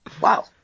Wow